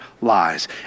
lies